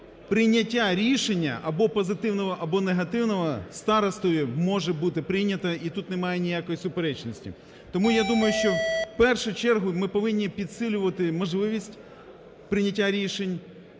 прийняття рішення або позитивного, або негативного старостою може бути прийняте і тут немає ніякої суперечності. Тому я думаю, що в першу чергу ми повинні підсилювати можливість прийняття рішень,